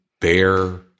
bear